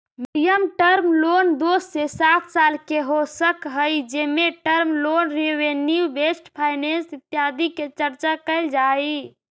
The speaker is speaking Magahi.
मीडियम टर्म लोन दो से सात साल के हो सकऽ हई जेमें term loan revenue based finance इत्यादि के चर्चा कैल जा हई